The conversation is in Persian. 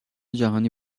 جهانی